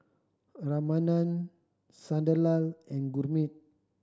Ramanand Sunderlal and Gurmeet